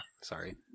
sorry